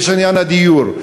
יש עניין הדיור.